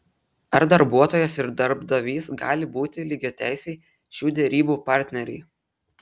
ar darbuotojas ir darbdavys gali būti lygiateisiai šių derybų partneriai